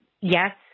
yes